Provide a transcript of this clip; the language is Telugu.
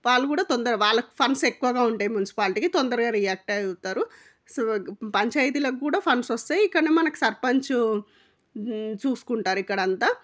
వాళ్ళు కూడా తొందరగా వాళ్ళకు ఫండ్స్ ఎక్కువగా ఉంటాయి మున్సిపాలిటీకి తొందరగా రియాక్ట్ అవుతారు సో పంచాయితీలకు కూడా ఫండ్స్ వస్తాయి కానీ మనకు సర్పంచ్ చూసుకుంటారు ఇక్కడ అంతా